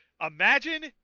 Imagine